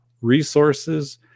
resources